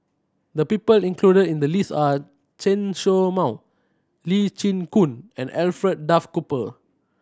the people included in the list are Chen Show Mao Lee Chin Koon and Alfred Duff Cooper